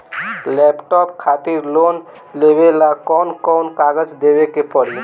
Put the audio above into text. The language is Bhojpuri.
लैपटाप खातिर लोन लेवे ला कौन कौन कागज देवे के पड़ी?